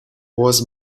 was